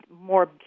more